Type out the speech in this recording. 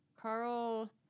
Carl